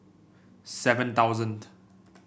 seven thousand